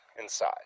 inside